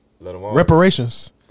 Reparations